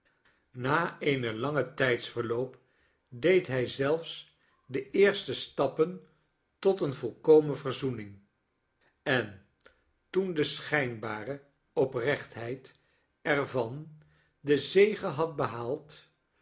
na een lang tijdsverloop deed hij zelfs de eerste stappen tot een volkomen verzoening en toen de schijnbare oprechtheid er van de zege had behaald